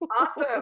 Awesome